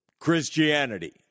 Christianity